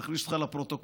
נכניס אותך לפרוטוקול.